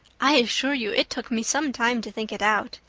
i assure you it took me some time to think it out.